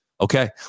okay